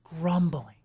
grumbling